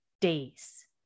days